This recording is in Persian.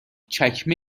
چکمه